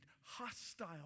hostile